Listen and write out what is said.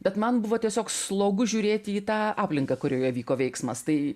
bet man buvo tiesiog slogu žiūrėti į tą aplinką kurioje vyko veiksmas tai